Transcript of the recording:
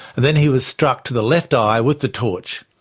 then he was struck to the left eye with the torch.